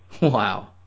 Wow